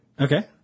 Okay